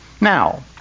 Now